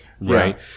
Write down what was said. right